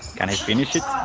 can i finish it?